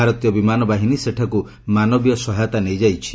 ଭାରତୀୟ ବିମାନ ବାହିନୀ ସେଠାକୁ ମାନବୀୟ ସହାୟତା ନେଇଯାଇଛି